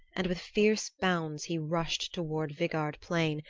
and with fierce bounds he rushed toward vigard plain,